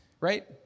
right